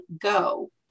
go